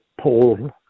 Paul